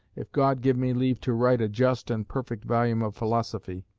if god give me leave to write a just and perfect volume of philosophy,